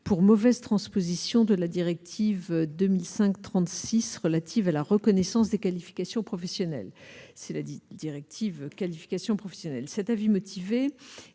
pour mauvaise transposition de la directive 2005 36 relative à la reconnaissance des qualifications professionnelles, si la dite directive qualification professionnelle, cet avis motivé